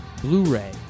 Blu-ray